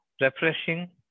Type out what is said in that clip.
refreshing